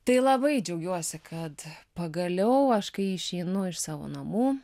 tai labai džiaugiuosi kad pagaliau aš kai išeinu iš savo namų